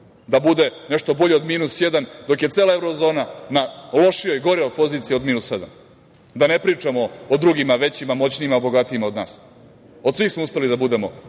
da bude nešto bolji od minus jedan, dok je cela evro zona na lošijoj, goroj poziciji od minus sedam, da ne pričamo o drugima, većima, moćnijima, bogatijima od nas. Od svih smo uspeli da budemo